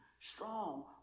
strong